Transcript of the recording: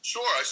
Sure